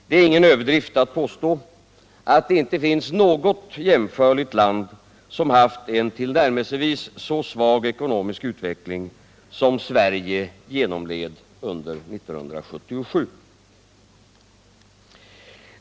Det är ingen överdrift att påstå att det inte finns något jämförbart land som haft en tillnärmelsevis så svag ekonomisk utveckling som den Sverige genomled under 1977.